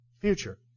Future